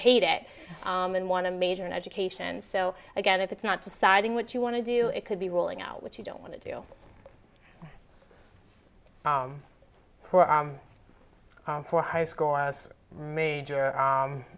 hate it and want to major in education so again if it's not deciding what you want to do it could be rolling out which you don't want to do for high school as major